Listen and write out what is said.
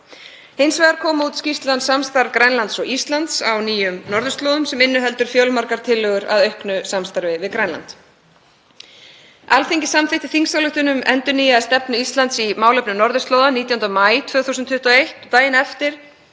Hins vegar kom út skýrslan Samstarf Grænlands og Íslands á nýjum norðurslóðum sem inniheldur fjölmargar tillögur að auknu samstarfi við Grænland. Alþingi samþykkti þingsályktun um endurnýjaða stefnu Íslands í málefnum norðurslóða 19. maí 2021 og daginn eftir